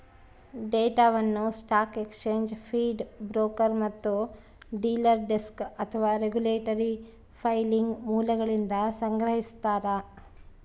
ಡೇಟಾವನ್ನು stock exchange feed broker ಮತ್ತು dealer desk ಅಥವಾ ರೆಗ್ಯುಲೇಟರಿ ಫೈಲಿಂಗ್ ಮೂಲಗಳಿಂದ ಸಂಗ್ರಹಿಸ್ತಾರ